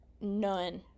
none